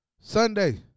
Sunday